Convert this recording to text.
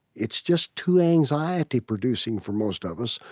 it's just too anxiety-producing for most of us,